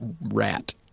rat